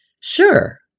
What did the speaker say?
Sure